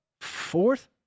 Fourth